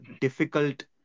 difficult